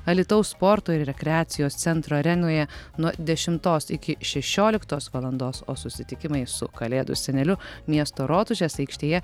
alytaus sporto ir rekreacijos centro arenoje nuo dešimtos iki šešioliktos valandos o susitikimai su kalėdų seneliu miesto rotušės aikštėje